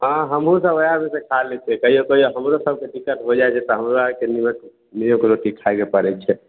हाँ हमहुँ सभ ओएह मे सँ खा लै छी कहियो कहियो हमरो सभकऽ दिक्कत हो जाइत छै तऽ हमरो आरके नीमक नीमक रोटी खाइके पड़ैत छै